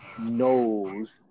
Knows